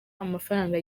amafaranga